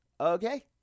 Okay